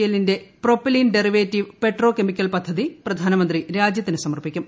എല്ലിന്റെ propylene derivative petrochemical പദ്ധതി പ്രധാനമന്ത്രി രാജൃത്തിന് സമർപ്പിക്കും